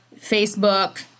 Facebook